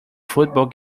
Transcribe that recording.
football